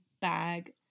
bag